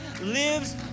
lives